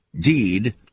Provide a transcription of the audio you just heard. deed